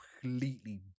completely